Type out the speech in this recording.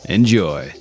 Enjoy